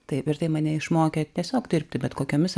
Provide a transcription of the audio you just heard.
taip ir tai mane išmokė tiesiog dirbti bet kokiomis